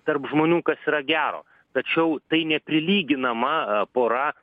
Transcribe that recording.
tarp žmonių kas yra gero tačiau tai neprilyginama pora